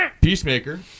Peacemaker